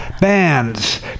bands